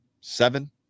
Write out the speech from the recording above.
seven